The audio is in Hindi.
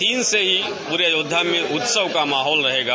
उसे ही पूरे अयोध्या में उत्सव का माहौल रहेगा